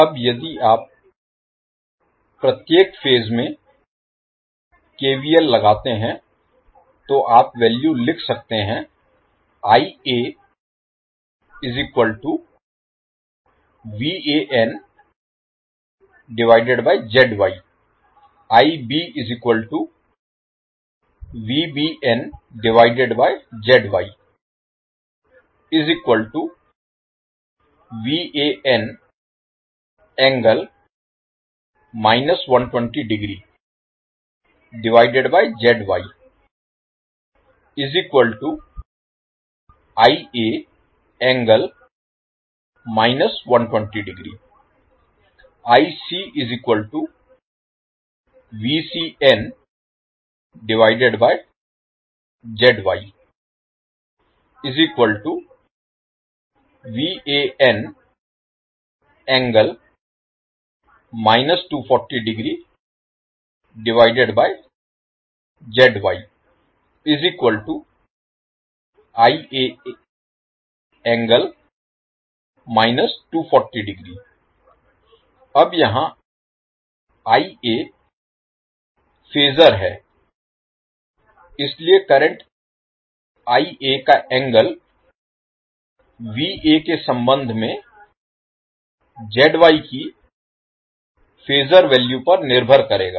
अब यदि आप प्रत्येक फेज में KVL लगाते हैं तो आप वैल्यू लिख सकते हैं अब यहां फेजर है इसलिए करंट का एंगल के संबंध में की फेजर वैल्यू पर निर्भर करेगा